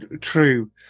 true